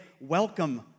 welcome